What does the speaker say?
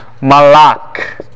Malak